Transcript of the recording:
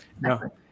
no